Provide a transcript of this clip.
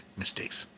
mistakes